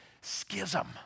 schism